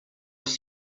its